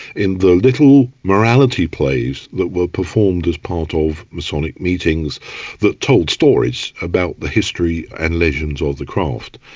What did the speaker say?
in the little morality plays that were performed as part of masonic meetings that told stories about the history and legends of the craft.